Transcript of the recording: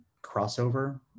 crossover